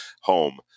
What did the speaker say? home